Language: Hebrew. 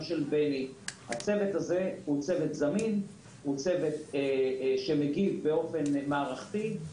הצוות הוא צוות זמין שמגיב באופן מערכתי.